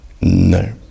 No